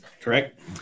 Correct